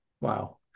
Wow